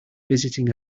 visiting